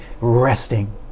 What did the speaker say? resting